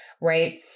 right